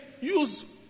use